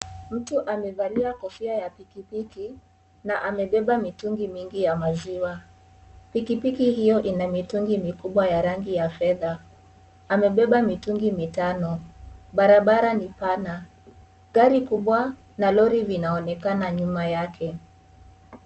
Mtu amevalia kofia ya pikipiki na amebeba mitungi mingi ya maziwa. Pikipiki hio ina mitungi mikubwa ya rangi ya fedha. Amebeba mitungi mitano. Barabara ni pana. Gari kubwa na lori linaonekana nyuma yake.